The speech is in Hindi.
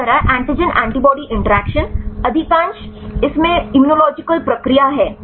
इसी तरह एंटीजन एंटीबॉडी इंटरेक्शन अधिकांश इसमें इम्यूनोलॉजिकल प्रक्रिया है